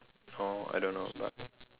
oh I don't know but